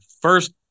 first